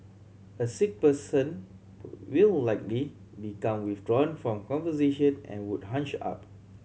a sick person will likely become withdrawn from conversation and would hunch up